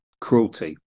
cruelty